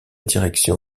direction